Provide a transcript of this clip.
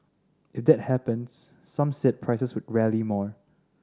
if that happens some said prices could rally more